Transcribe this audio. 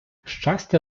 щастя